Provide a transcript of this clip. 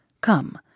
Come